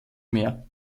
meer